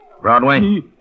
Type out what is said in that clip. Broadway